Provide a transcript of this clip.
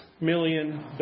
million